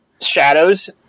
shadows